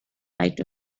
light